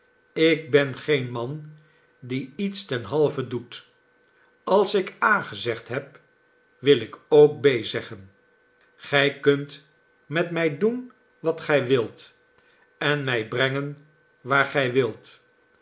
ik ben geen man die iets ten halve doet als ik a gezegd heb wil ik ook b zeggen gij kunt met mij doen wat gij wilt en mij brengen waar gij wilt